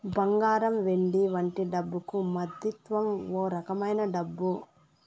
బంగారం వెండి వంటి డబ్బుకు మద్దతివ్వం ఓ రకమైన డబ్బు